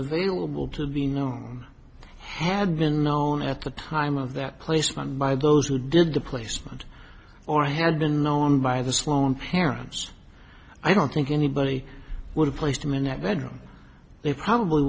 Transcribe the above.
available to be know had been known at the time of that placement by those who did the placement or had been known by the sloan parents i don't think anybody would have placed him in that bedroom they probably